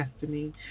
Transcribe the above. Destiny